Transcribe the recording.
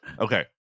Okay